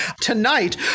tonight